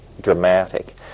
dramatic